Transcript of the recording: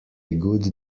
good